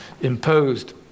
imposed